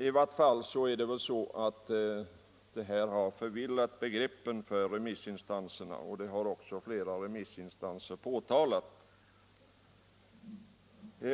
I vart fall är det väl så att det här har förvillat begreppen för remissinstanserna, och det har också flera remissinstanser påtalat.